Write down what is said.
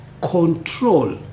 control